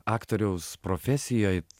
aktoriaus profesijoj